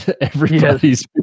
Everybody's